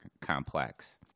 complex